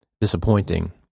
disappointing